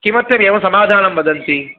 किमर्थम् एवं समाधानं वदन्ति